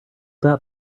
that